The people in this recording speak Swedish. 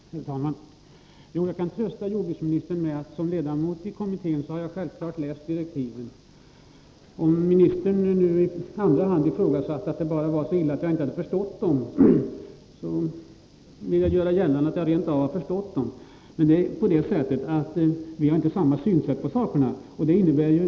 Herr talman! Jag kan trösta jordbruksministern med att jag som ledamot av kommittén självfallet har läst direktiven. Och för den händelse ministern i andra hand tänkte sig att det bara var så — och det är ju illa nog — att jag inte hade förstått dem vill jag hävda att jag rent av har gjort det. Men vi har inte samma syn på de här sakerna.